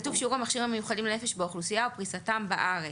כתוב שיעור המכשירים לנפש באוכלוסייה ופריסתם בארץ,